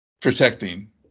protecting